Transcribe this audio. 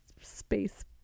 space